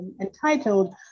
entitled